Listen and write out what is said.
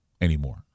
anymore